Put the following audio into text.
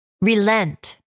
relent